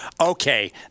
okay